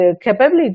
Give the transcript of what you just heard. capability